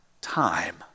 time